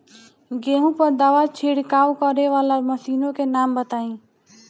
गेहूँ पर दवा छिड़काव करेवाला मशीनों के नाम बताई?